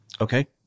Okay